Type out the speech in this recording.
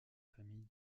famille